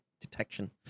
detection